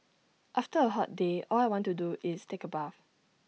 after A hot day all I want to do is take A bath